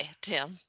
Tim